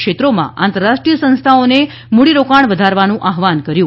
ક્ષેત્રોમાં આંતરરાષ્ટ્રીય સંસ્થાઓને મૂડીરોકાણ વધારવાનું આહવાન કર્યું છે